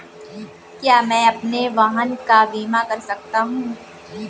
क्या मैं अपने वाहन का बीमा कर सकता हूँ?